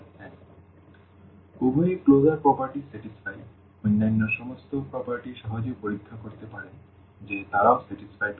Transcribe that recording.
সুতরাং উভয় ক্লোজার বৈশিষ্ট্য সন্তুষ্ট অন্যান্য সমস্ত বৈশিষ্ট্য সহজেই পরীক্ষা করতে পারেন যে তারাও সন্তুষ্ট করে